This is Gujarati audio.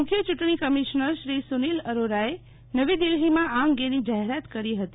મુખ્ય ચૂંટણી કમિશનર શ્રી સુનીલ અરોરાએ નવી દિલ્ફીમાં આ અંગેની જાહેરાત કરી છે